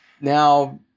Now